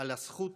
על הזכות